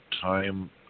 Time